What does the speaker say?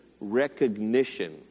recognition